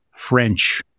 french